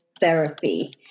Therapy